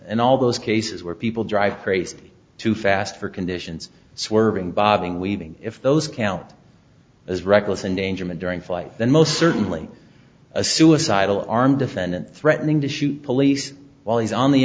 and all those cases where people drive crazy too fast for conditions swerving bobbing weaving if those count as reckless endangerment during flight than most certainly a suicidal armed defendant threatening to shoot police while he's on the